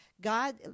God